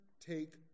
take